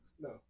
No